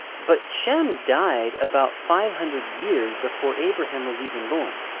but shem died about five hundred years before abraham was even born.